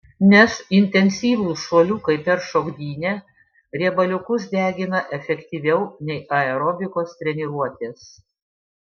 nes intensyvūs šuoliukai per šokdynę riebaliukus degina efektyviau nei aerobikos treniruotės